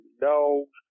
Dogs